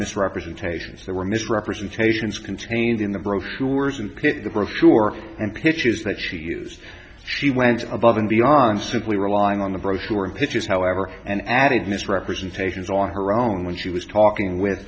misrepresentations that were misrepresentations contained in the brochures and pick the brochure and pitches that she used she went above and beyond simply relying on the brochure and pictures however and added misrepresentations on her own when she was talking with